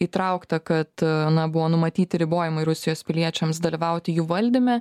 įtraukta kad na buvo numatyti ribojimai rusijos piliečiams dalyvauti jų valdyme